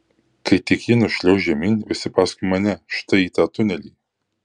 kai tik ji nušliauš žemyn visi paskui mane štai į tą tunelį